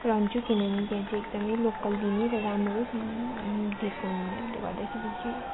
रहन्छु किनभने त्यहाँ चाहिँ एकदमै लोकल दिने र राम्रो दिएको हुनाले गर्दाखेरि चाहिँ